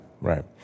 Right